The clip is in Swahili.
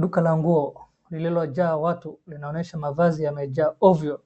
Duka la nguo lililojaa watu linaonyesha mavazi yamejaa ovyo